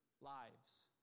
lives